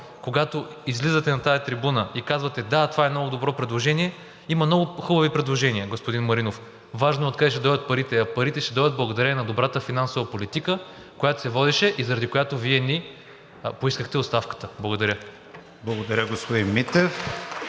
когато излизате на тази трибуна и казвате: да, това е много добро предложение, има много хубави предложения, господин Маринов, важно е откъде ще дойдат парите. А парите ще дойдат благодарение на добрата финансова политика, която се водеше и заради която Вие ни поискахте оставката. Благодаря. (Ръкопляскания от